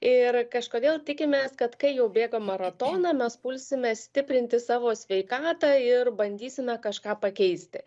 ir kažkodėl tikimės kad kai jau bėgam maratoną mes pulsime stiprinti savo sveikatą ir bandysime kažką pakeisti